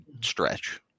stretch